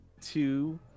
two